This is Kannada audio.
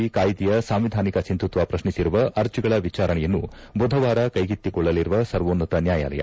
ಪೌರತ್ವ ತಿದ್ದುಪಡಿ ಕಾಯಿದೆಯ ಸಾಂವಿಧಾನಿಕ ಸಿಂಧುತ್ವ ಪ್ರತ್ನಿಸಿರುವ ಅರ್ಜಿಗಳ ವಿಚಾರಣೆಯನ್ನು ಬುಧವಾರ ಕ್ಕೆಗೆತ್ತಿಕೊಳ್ಳಲಿರುವ ಸರ್ವೋನ್ನತ ನ್ನಾಯಾಲಯ